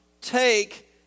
take